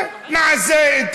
נעשה את